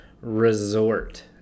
Resort